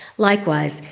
likewise,